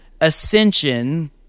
ascension